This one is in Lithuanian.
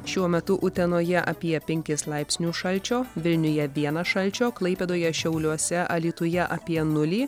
šiuo metu utenoje apie penkis laipsnius šalčio vilniuje vieną šalčio klaipėdoje šiauliuose alytuje apie nulį